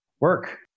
work